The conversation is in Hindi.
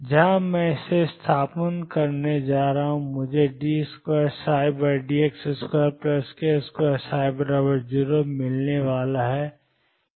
जब मैं इसे यहां स्थानापन्न करता हूं तो मुझे d2dx2k2ψ0 मिलने वाला है